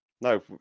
no